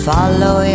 Follow